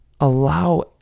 allow